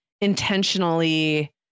intentionally